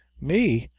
me!